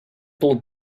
pelo